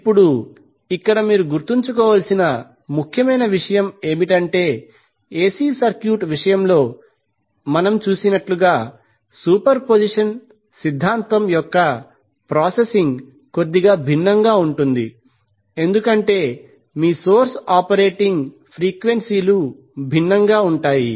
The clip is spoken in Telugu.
ఇప్పుడు ఇక్కడ మీరు గుర్తుంచుకోవలసిన ముఖ్యమైన విషయం ఏమిటంటే ఎసి సర్క్యూట్ విషయంలో మనము చూసినట్లుగా సూపర్పొజిషన్ సిద్ధాంతం యొక్క ప్రాసెసింగ్ కొద్దిగా భిన్నంగా ఉంటుంది ఎందుకంటే మీ సోర్స్ ఆపరేటింగ్ ఫ్రీక్వెన్సీలు భిన్నంగా ఉంటాయి